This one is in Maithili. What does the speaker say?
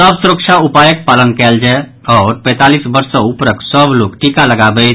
सभ सुरक्षा उपायक पालन कयल जाय आओर पैंतालीस वर्ष सॅ ऊपरक सभ लोक टीका लगावैथ